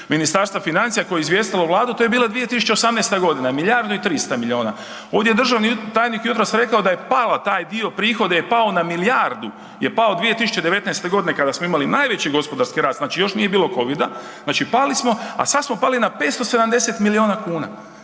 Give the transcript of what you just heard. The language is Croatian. Ministarstva financija koje je izvijestilo Vladu to je bila 2018. godina, milijardu i 300 miliona. Ovdje je državni tajnik jutros rekao da je pala taj dio prihoda je pao na milijardu je pao 2019. godine kada smo imali najveći gospodarski rast, znači još nije bilo Covida, znači pali smo, a sad smo pali na 570 miliona kuna